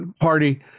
Party